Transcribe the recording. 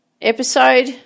episode